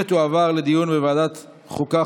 ותועבר לדיון בוועדת החוקה,